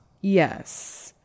Yes